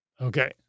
okay